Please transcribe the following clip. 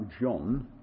John